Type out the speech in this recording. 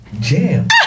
Jam